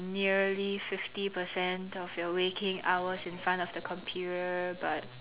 nearly fifty percent of your waking hours in front of the computer but